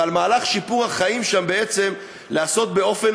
ואת מהלך שיפור החיים שם בעצם לעשות באופן